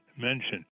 mentioned